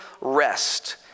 rest